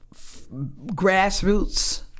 grassroots